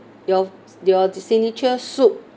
your your signature soup